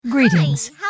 Greetings